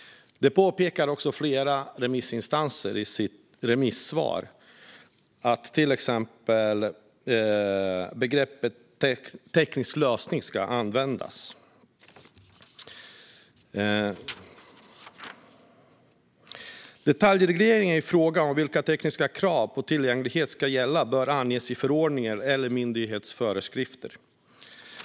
Detta påpekar också flera remissinstanser i sina remissvar. Man anser till exempel att begreppet teknisk lösning ska användas. Detaljreglering i fråga om vilka tekniska krav på tillgänglighet som ska gälla bör anges i förordning eller myndighetsföreskrifter.